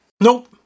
Nope